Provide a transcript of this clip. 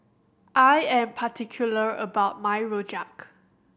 I am particular about my Rojak